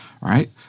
right